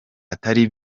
atari